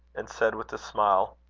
and said with a smile